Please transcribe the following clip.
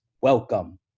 Welcome